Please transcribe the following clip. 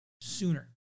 sooner